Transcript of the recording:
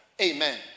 Amen